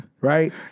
right